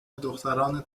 دختران